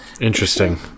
Interesting